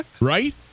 right